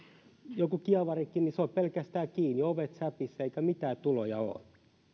joku kievarikin on pelkästään kiinni ovet säpissä eikä mitään tuloja ole